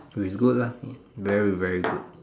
so its good [la] very very good